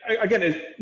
again